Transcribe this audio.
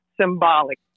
symbolic